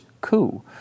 coup